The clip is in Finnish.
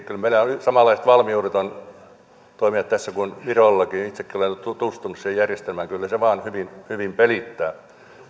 kyllä meillä suomalaisilla on samanlaiset valmiudet toimia tässä kuin virollakin itsekin olen tutustunut siihen järjestelmään kyllä se vaan hyvin hyvin pelittää